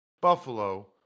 Buffalo